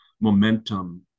momentum